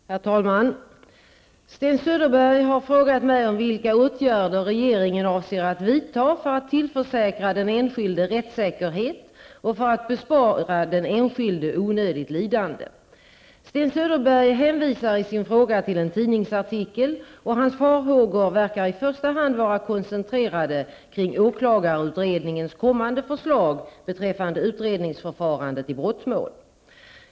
Herr talman! Sten Söderberg har frågat mig vilka åtgärder regeringen avser att vidta för att tillförsäkra den enskilde rättssäkerhet och för att bespara den enskilde onödigt lidande. Sten Söderbergs hänvisar i sin fråga till en tidningsartikel, och hans farhågor verkar i första hand vara koncentrerade kring åklagarutredningens kommande förslag beträffande utredningsförfarandet i brottmål.